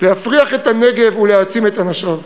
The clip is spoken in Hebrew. להפריח את הנגב ולהעצים את אנשיו.